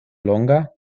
longa